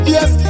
Yes